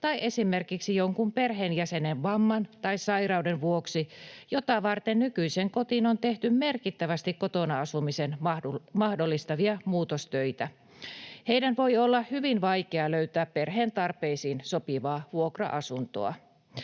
tai esimerkiksi jonkun perheenjäsenen vamman tai sairauden vuoksi, jota varten nykyiseen kotiin on tehty merkittävästi kotona asumisen mahdollistavia muutostöitä. Heidän voi olla hyvin vaikea löytää perheen tarpeisiin sopivaa vuokra-asuntoa.